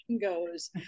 goes